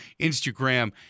Instagram